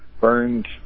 burned